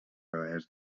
oest